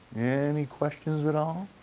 any questions at all?